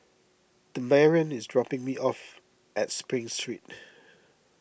Demarion is dropping me off at Spring Street